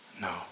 No